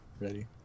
ready